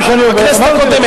בכנסת הקודמת,